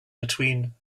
between